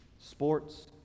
Sports